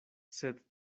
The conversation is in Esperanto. sed